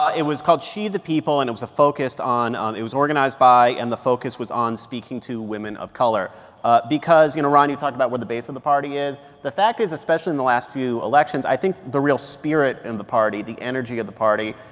ah it was called she the people. and it was focused on on it was organized by and the focus was on speaking to women of color because you know, ron, you talked about what the base of and the party is the fact is, especially in the last few elections, i think the real spirit in the party, the energy of the party,